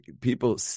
people